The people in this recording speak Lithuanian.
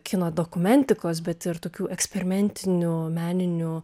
kino dokumentikos bet ir tokių eksperimentinių meninių